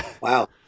Wow